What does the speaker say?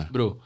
Bro